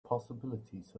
possibilities